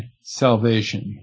salvation